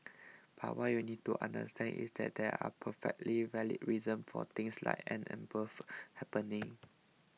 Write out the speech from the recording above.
but what you need to understand is that there are perfectly valid reasons for things like and above happening